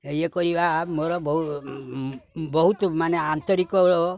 ଇଏ କରିବା ମୋର ବହୁ ବହୁତ ମାନେ ଆନ୍ତରିକ